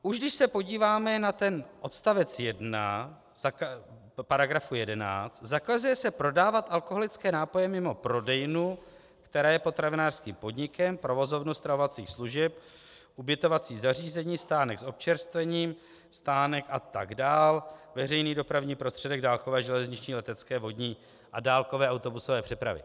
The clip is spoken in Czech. Už když se podíváme na odstavec 1 § 11, zakazuje se prodávat alkoholické nápoje mimo prodejnu, která je potravinářským podnikem, provozovnu stravovacích služeb, ubytovací zařízení, stánek s občerstvením, stánek atd., veřejný dopravní prostředek dálkové, železniční, letecké, vodní a dálkové autobusové přepravy.